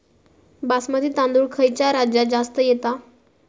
बासमती तांदूळ खयच्या राज्यात जास्त येता?